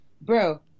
bro